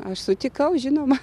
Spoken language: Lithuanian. aš sutikau žinoma